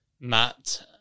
Matt